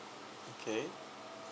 okay